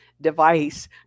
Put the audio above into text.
device